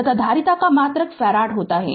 तथा धारिता का मात्रक फैराड होता है